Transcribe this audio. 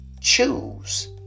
choose